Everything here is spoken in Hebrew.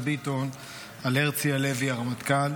על הרצי הלוי הרמטכ"ל,